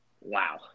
Wow